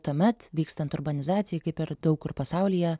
tuomet vykstant urbanizacijai kaip ir daug kur pasaulyje